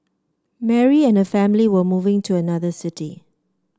Mary and her family were moving to another city